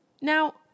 now